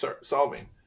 solving